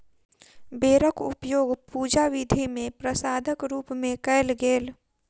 बेरक उपयोग पूजा विधि मे प्रसादक रूप मे कयल गेल